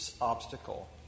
obstacle